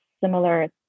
similar